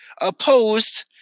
opposed